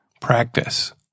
practice